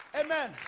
Amen